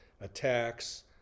attacks